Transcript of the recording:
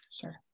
sure